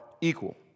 equal